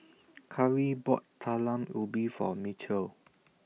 Cari bought Talam Ubi For Mitchel